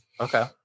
okay